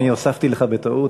אני הוספתי לך בטעות.